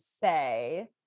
say